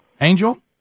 Angel